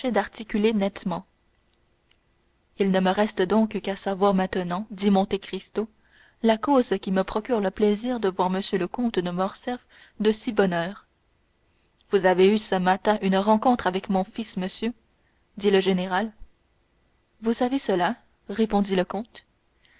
d'articuler nettement il ne me reste donc qu'à savoir maintenant dit monte cristo la cause qui me procure le plaisir de voir monsieur le comte de morcerf de si bonne heure vous avez eu ce matin une rencontre avec mon fils monsieur dit le général vous savez cela répondit le comte